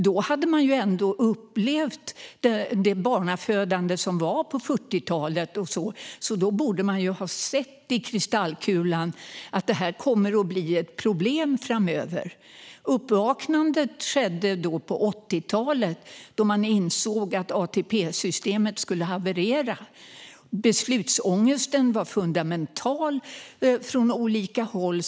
Vi hade ändå upplevt barnafödandet på 40-talet, och vi borde ha sett i kristallkulan att åldern kommer att bli ett problem framöver. Uppvaknandet skedde på 80-talet, då vi insåg att ATP-systemet skulle haverera. Beslutsångesten var fundamental från olika håll.